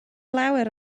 lawer